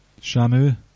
Shamu